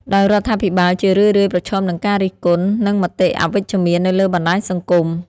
ដោយរដ្ឋាភិបាលជារឿយៗប្រឈមនឹងការរិះគន់ និងមតិអវិជ្ជមាននៅលើបណ្ដាញសង្គម។